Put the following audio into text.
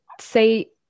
say